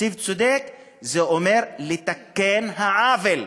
תקציב צודק זה אומר לתקן את העוול.